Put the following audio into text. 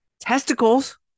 Testicles